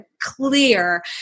clear